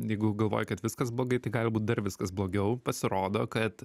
jeigu galvoji kad viskas blogai tai gali būt dar viskas blogiau pasirodo kad